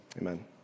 amen